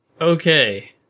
okay